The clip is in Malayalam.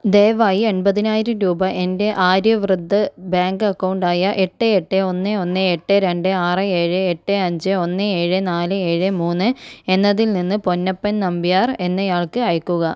ദയവായി എൺപതിനായിരം രൂപ എൻ്റെ ആര്യവ്രത് ബാങ്ക് അക്കൗണ്ട് ആയ ഏട്ട് ഏട്ട് ഒന്ന് ഒന്ന് എട്ട് രണ്ട് ആറ് ഏഴ് എട്ട് അഞ്ച് ഒന്ന് ഏഴ് നാല് ഏഴ് മൂന്ന് എന്നതിൽ നിന്ന് പൊന്നപ്പൻ നമ്പ്യാർ എന്നയാൾക്ക് അയയ്ക്കുക